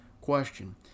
question